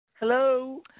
Hello